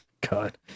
God